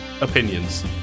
opinions